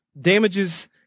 damages